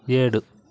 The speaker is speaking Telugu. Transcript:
ఏడు